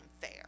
fair